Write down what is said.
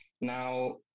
Now